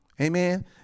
Amen